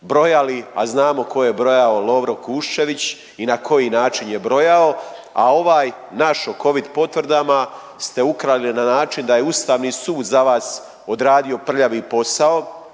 brojali, a znamo ko je brojao Lovro Kuščević i na koji način je brojao, a ovaj naš o covid potvrdama ste ukrali na način da je ustavni sud za vas odradio prljavi posao